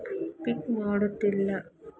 ಪಿಕ್ ಮಾಡುತ್ತಿಲ್ಲ